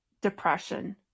depression